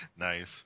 nice